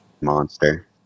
Monster